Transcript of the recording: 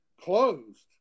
closed